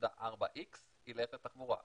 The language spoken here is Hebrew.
0.4 איקס יילך לתחבורה,